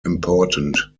important